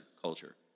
culture